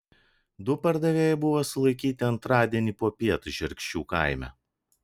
du pardavėjai buvo sulaikyti antradienį popiet žerkščių kaime